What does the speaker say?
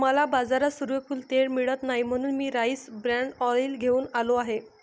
मला बाजारात सूर्यफूल तेल मिळत नाही म्हणून मी राईस ब्रॅन ऑइल घेऊन आलो आहे